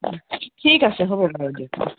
ঠিক আছে হ'ব বাৰু দিয়ক অঁ